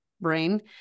brain